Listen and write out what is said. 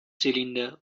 cylinder